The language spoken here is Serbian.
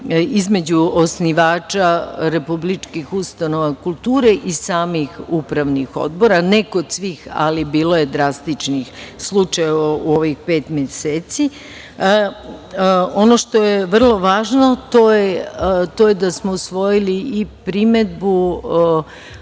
između osnivača, republičkih ustanova kulture i samih upravnih odbora, ne kod svih, ali bilo je drastičnih slučajeva u ovih pet meseci. Ono što je vrlo važno, to je da smo usvojili i primedbu